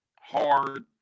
hard